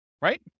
right